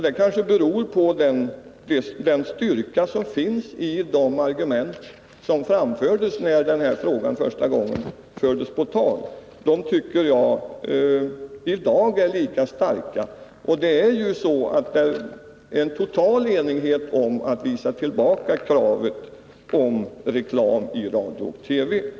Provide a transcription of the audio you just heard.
Det kanske beror på styrkan i de argument som framfördes när den här frågan första gången fördes på tal. De argumenten tycker jag i dag är lika starka. Och det är ju total enighet om att tillbakavisa kravet om reklam i radio och TV.